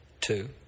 two